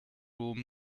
room